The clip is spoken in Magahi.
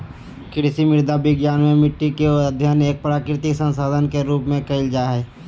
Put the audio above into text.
कृषि मृदा विज्ञान मे मट्टी के अध्ययन एक प्राकृतिक संसाधन के रुप में करल जा हई